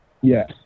Yes